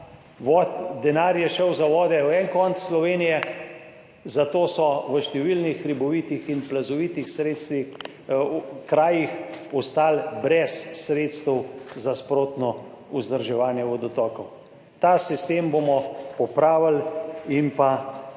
denar je šel za vode v en konec Slovenije, zato so v številnih hribovitih in plazovitih sredstvih v krajih ostali brez sredstev za sprotno vzdrževanje vodotokov. Ta sistem bomo popravili in pa nadgradili.